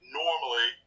normally